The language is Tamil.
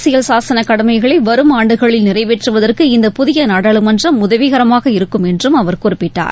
அரசியல் சாசனகடமைகளைவரும் ஆண்டுகளில் நிறைவேற்றுவதற்கு இந்த புதியநாடாளுமன்றம் உதவிகரமாக இருக்கும் என்றும் அவர் குறிப்பிட்டார்